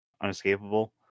unescapable